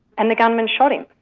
and the gunman shot him.